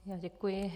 Děkuji.